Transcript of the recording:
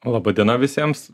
laba diena visiems